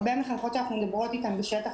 הרבה מחנכות שאנחנו מדברות איתן בשטח